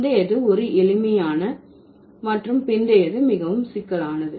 முந்தையது ஒரு எளிமையான மற்றும் பிந்தையது மிகவும் சிக்கலானது